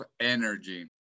energy